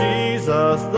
Jesus